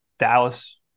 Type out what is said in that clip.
Dallas